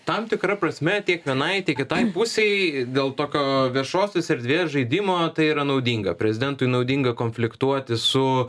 tam tikra prasme tiek vienai kitai pusei dėl tokio viešosios erdvės žaidimo tai yra naudinga prezidentui naudinga konfliktuoti su